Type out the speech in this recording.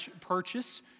purchase